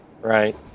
Right